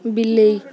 ବିଲେଇ